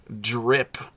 drip